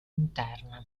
interna